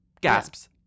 Gasps